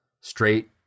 straight